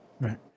Right